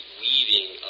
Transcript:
weaving